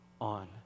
on